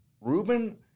Ruben